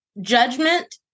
judgment